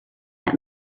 that